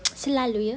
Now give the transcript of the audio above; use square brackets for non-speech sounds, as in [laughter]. [noise] selalu